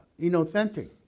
inauthentic